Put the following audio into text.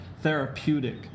therapeutic